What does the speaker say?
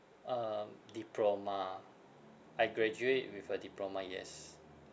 um diploma I graduate with a diploma yes